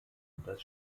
das